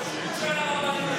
עם זה בעיה.